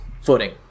footing